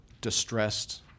distressed